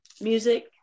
music